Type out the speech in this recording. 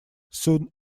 soon